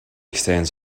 extends